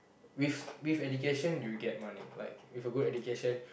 with with education you will get money like with a good education